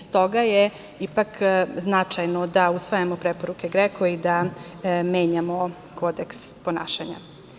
Stoga je ipak značajno da usvajamo preporuke GREKO-a i da menjamo Kodeks ponašanja.